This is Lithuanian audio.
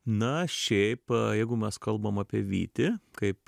na šiaip jeigu mes kalbam apie vytį kaip